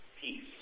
Peace